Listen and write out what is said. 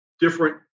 different